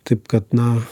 taip kad na